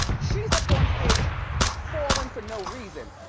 she's up on stage falling for no reason.